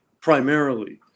primarily